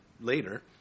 later